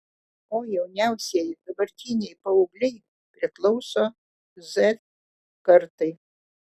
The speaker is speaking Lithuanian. o jauniausieji dabartiniai paaugliai priklauso z kartai